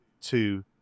two